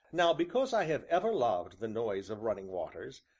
now because i have ever loved the noise of running waters,